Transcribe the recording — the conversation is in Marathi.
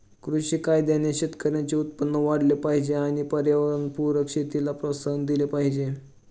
कृषी कायद्याने शेतकऱ्यांचे उत्पन्न वाढले पाहिजे आणि पर्यावरणपूरक शेतीला प्रोत्साहन दिले पाहिजे